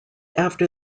after